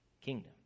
kingdom